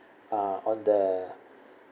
uh on the